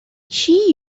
she